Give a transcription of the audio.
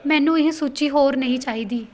ਮੈਨੂੰ ਇਹ ਸੂਚੀ ਹੋਰ ਨਹੀਂ ਚਾਹੀਦੀ